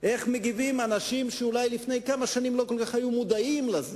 ואיך מגיבים אנשים שלפני כמה שנים אולי לא כל כך היו מודעים לזה,